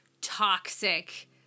toxic